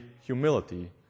humility